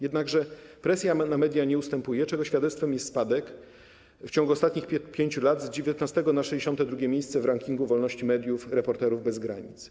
Jednakże presja na media nie ustępuje, czego świadectwem jest spadek w ciągu ostatnich 5 lat z 19. miejsca na 62. miejsce w rankingu wolności mediów Reporterów bez Granic.